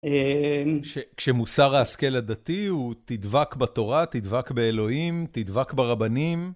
כשמוסר ההשכל הדתי הוא תדבק בתורה, תדבק באלוהים, תדבק ברבנים.